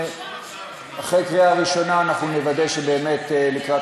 אחרי קריאה ראשונה אנחנו נוודא שבאמת לקראת